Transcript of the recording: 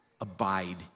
abide